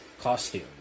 costume